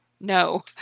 no